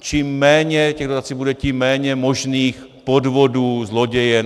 Čím méně těch dotací bude, tím méně možných podvodů, zlodějen atd.